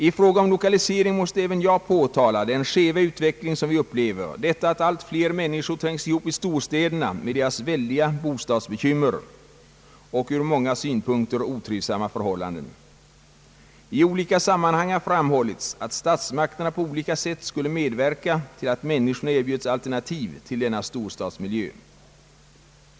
I fråga om lokalisering måste även jag påtala den skeva utveckling som vi upplever, detta att allt fler människor trängs ihop i storstäderna med deras väldiga bostadsbekymmer och från många synpunkter otrivsamma förhållanden. I olika sammanhang har framhållits att statsmakterna på olika sätt borde medverka till att människorna erbjöds alternativ till denna storstadsmiljö.